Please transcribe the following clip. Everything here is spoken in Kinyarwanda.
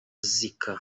zika